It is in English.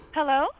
Hello